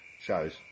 shows